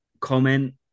comment